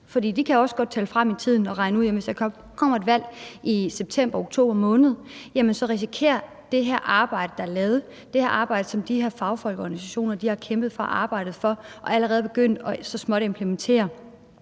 de kan også godt tælle frem i tiden og regne ud, at hvis der kommer et valg i september eller oktober måned, risikerer det her arbejde, der er lavet, det her arbejde, som de her fagfolk og organisationer har kæmpet for og arbejdet for og allerede så småt er begyndt at implementere,